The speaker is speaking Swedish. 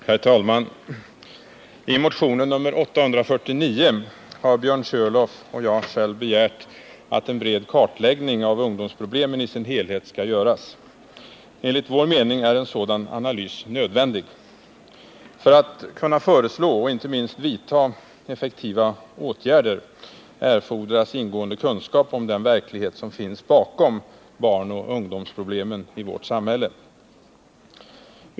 Herr talman! I motion 849 har Björn Körlof och jag begärt att en bred kartläggning av ungdomsproblemen i deras helhet skall göras. Enligt vår mening är en sådan analys nödvändig. För att kunna föreslå och inte minst vidta effektiva åtgärder erfordras ingående kunskap om den verklighet som finns bakom barnoch ungdomsproblemen i vårt samhälle.